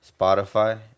Spotify